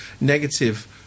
negative